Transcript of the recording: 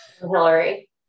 Hillary